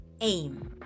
aim